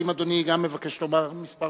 האם אדוני גם מבקש לומר כמה מלים?